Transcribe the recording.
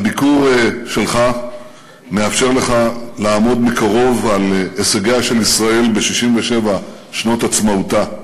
הביקור שלך מאפשר לך לעמוד מקרוב על הישגיה של ישראל ב-67 שנות עצמאותה.